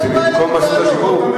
אז איזה טענות יש כלפי המנהל?